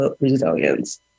resilience